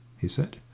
he said.